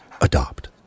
Adopt